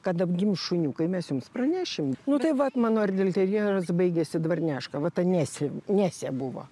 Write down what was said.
kad apgims šuniukai mes jums pranešim nu tai vat mano erdelterjeras baigėsi dvarniaška vat anesi nesė buvo